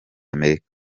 amerika